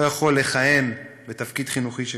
לא יכול לכהן בתפקיד חינוכי כזה.